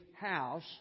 house